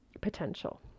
potential